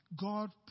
God